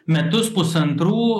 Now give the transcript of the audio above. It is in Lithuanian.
metus pusantrų